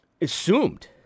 assumed